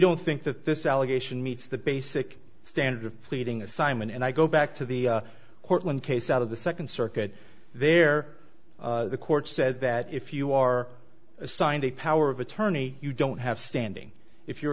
don't think that this allegation meets the basic standard of pleading assignment and i go back to the portland case out of the second circuit there the court said that if you are assigned a power of attorney you don't have standing if you're